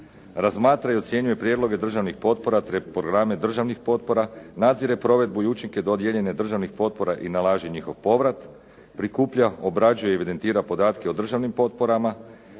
Razmatra i ocjenjuje prijedloge državnih potpora te programe državnih potpora, nadzire provedbu i učinke dodijeljene državnih potpora i nalaže njihov povrat, prikuplja, obrađuje i evidentira podatke o državnim potporama,